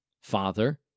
Father